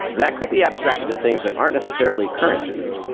that could be abstracted to things that aren't necessarily currencies.